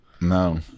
No